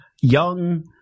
young